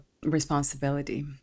responsibility